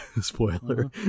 spoiler